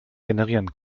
generieren